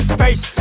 face